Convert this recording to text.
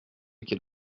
qu’est